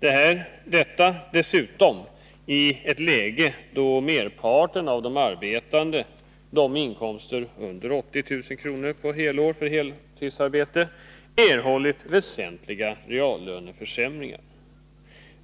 Detta sker dessutom i ett läge då merparten av de arbetande — de med inkomster under 80 000 kr. per år för heltidsarbete — erhållit väsentliga reallöneförsämringar.